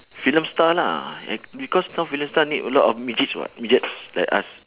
film star lah eh because some film star need a lot of midgets [what] midgets like us